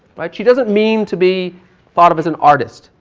right. she doesn't mean to be thought of as an artist,